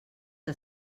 que